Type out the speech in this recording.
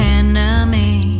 enemy